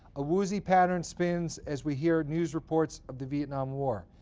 a woozy pattern spins as we hear news reports of the vietnam war.